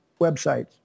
websites